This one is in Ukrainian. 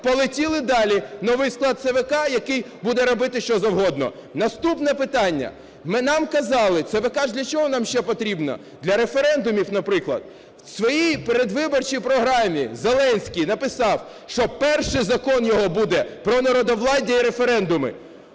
полетіли далі. Новий склад ЦВК, який буде робити що завгодно. Наступне питання. Нам казали, ЦВК ж для чого нам ще потрібно, для референдумів, наприклад. В своїй передвиборчій програмі Зеленський написав, що перший закон його буде не про народовладдя і референдуми.